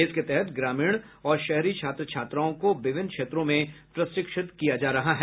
इसके तहत ग्रामीण और शहरी छात्र छात्राओं को विभिन्न क्षेत्रों में प्रशिक्षित किया जा रहा है